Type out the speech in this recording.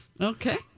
Okay